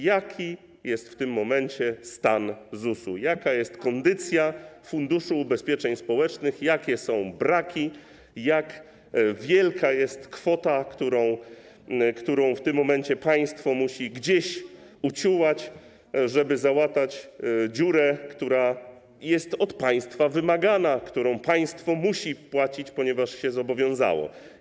Jaki jest w tym momencie stan ZUS-u, jaka jest kondycja Funduszu Ubezpieczeń Społecznych, jakie są braki, jak wielka jest kwota, którą w tym momencie państwo musi gdzieś uciułać, żeby załatać dziurę, która jest od państwa wymagana, którą państwo musi wpłacić, ponieważ się zobowiązało?